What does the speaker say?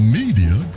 media